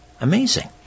Amazing